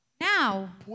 Now